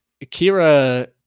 Akira